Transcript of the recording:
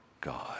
God